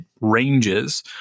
ranges